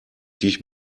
dich